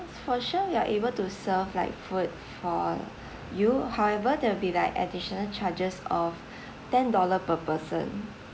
for sure we are able to serve like food for you however there will be like additional charges of ten dollar per person